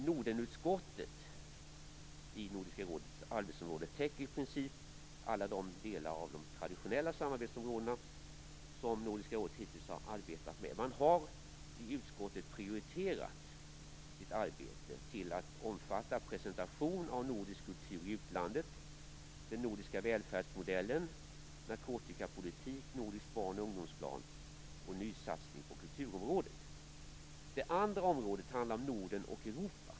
Nordenutskottet i Nordiska rådets arbetsområde täcker i princip alla delar av de traditionella samarbetsområden som Nordiska rådet hittills har arbetat med. Man har i utskottet prioriterat i sitt arbete presentation av nordisk kultur i utlandet, den nordiska välfärdsmodellen, narkotikapolitik, nordisk barn och ungdomsplan och nysatsning på kulturområdet. Det andra området handlar om Norden och Europa.